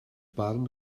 barn